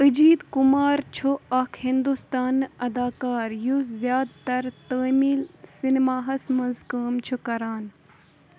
أجیٖت کُمار چھُ اَکھ ہِنٛدُستٲنہِ اَداکار یُس زیادٕ تر تٲمِل سیٚنِماہس منٛز کٲم چُھ کَران